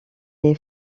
les